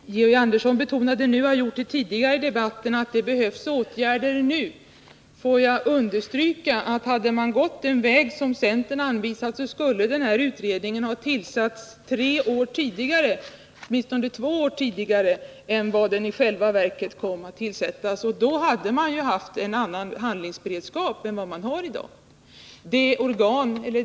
Herr talman! Georg Andersson betonar i sitt senaste inlägg och har gjort det tidigare i debatten att det behövs åtgärder nu. Låt mig understryka att om man hade gått den väg som centern anvisat skulle den här utredningen ha blivit tillsatt tre år eller åtminstone två år tidigare än vad den i själva verket blev. Då hade man haft en annan handlingsberedskap än vad man har i dag.